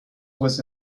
was